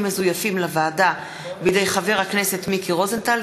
מזויפים לוועדה בידי חבר הכנסת מיקי רוזנטל,